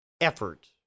effort